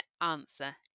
answer